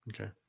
Okay